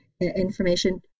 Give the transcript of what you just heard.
information